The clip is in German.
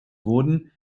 wurden